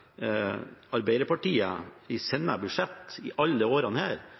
Arbeiderpartiet i sine budsjett i alle